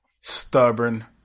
stubborn